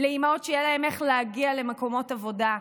לאימהות שיהיה להן איך להגיע למקומות עבודה.